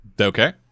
Okay